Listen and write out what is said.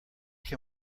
can